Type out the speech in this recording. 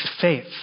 faith